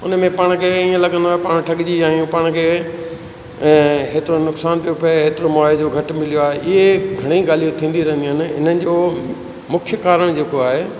उनमें पाण खे ईअं लॻंदो आहे पाण ठॻिजी विया आयूं पाण खे हेतिरो नुक़सान पियो पए एतिरो मुआविज़ो घटि मिलियो आहे इहे घणईं ॻाल्हियूं थींदियूं रहंदियूं आहिनि हिननि जो मुख्य कारण जेको आहे